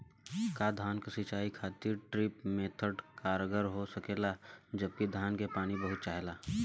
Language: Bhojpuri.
का धान क सिंचाई खातिर ड्रिप मेथड कारगर हो सकेला जबकि धान के पानी बहुत चाहेला?